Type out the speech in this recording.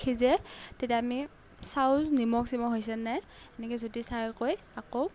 সিজে তেতিয়া আমি চাউল নিমখ চিমখ হৈছে নাই এনেকৈ জুতি চাইকৈ আকৌ